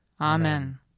Amen